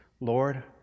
Lord